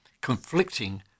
conflicting